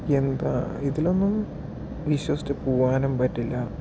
എന്താ ഇതിലൊന്നും വിശ്വസിച്ച് പോവാനും പറ്റില്ല